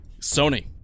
Sony